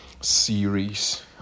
series